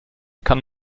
kann